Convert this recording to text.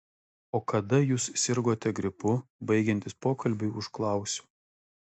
o kada jūs sirgote gripu baigiantis pokalbiui užklausiu